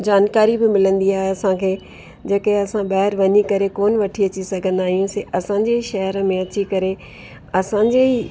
जानकारी बि मिलंदी आहे असांखे जेके असां ॿाहिरि वञी करे कोन वठी अची सघंदा आहियूं से असांजे शहर में अची करे असांजे ई